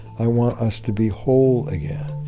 i want us to be whole again,